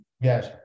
Yes